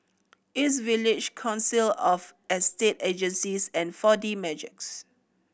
East Village Council of Estate Agencies and Four D Magix